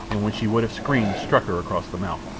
and when she would have screamed struck her across the mouth.